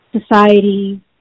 society